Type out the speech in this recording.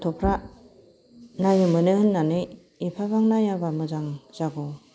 गथ'फ्रा नायनो मोनो होनानै एफाबां नायाबा मोजां जागौ